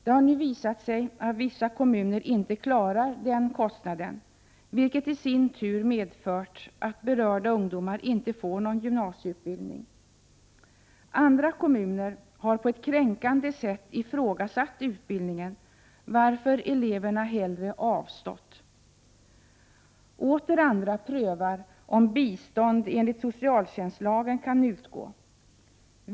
Det har nu visat sig att vissa kommuner inte klarar denna kostnad, vilket i sin tur medfört att berörda ungdomar inte får någon gymnasieutbildning. Andra kommuner har på ett kränkande sätt ifrågasatt utbildningen, varför elever hellre avstått. Åter andra prövar om bistånd enligt socialtjänstlagen kan utgå.